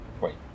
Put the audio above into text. Wait